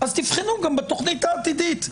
אז תבחנו גם בתוכנית העתידית.